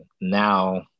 now